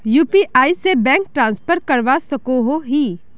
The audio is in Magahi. यु.पी.आई से बैंक ट्रांसफर करवा सकोहो ही?